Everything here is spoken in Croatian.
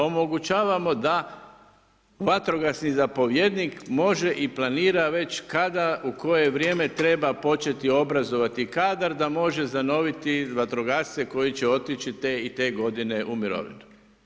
Omogućavamo da vatrogasni zapovjednik može i planira već kada i u koje vrijeme treba početi obrazovati kadar da može zanoviti vatrogasce koji će otići te i te godine u mirovinu.